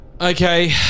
Okay